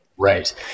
Right